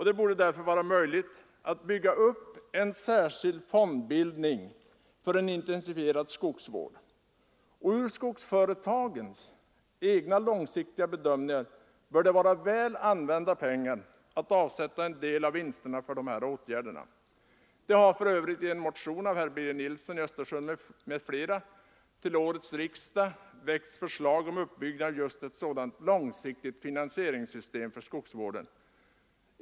Det borde därför vara möjligt att bygga upp en särskild fond för intensifierad skogsvård. Med hänsyn till skogsföretagens egna långsiktiga bedömningar bör det vara väl använda pengar att avsätta en del av vinsterna för dessa åtgärder. Det har för övrigt i en motion av herr Birger Nilsson i Östersund m.fl. till årets riksdag väckts förslag om uppbyggande av just ett sådant långsiktigt finansieringssystem för skogsvården.